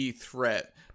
threat